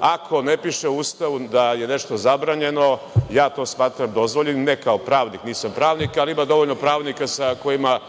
Ako ne piše u Ustavu da je nešto zabranjeno, ja to smatram dozvoljenim, ne kao pravnik, nisam pravnik, ali ima dovoljno pravnika sa kojima